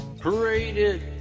paraded